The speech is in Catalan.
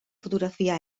fotografia